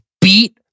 beat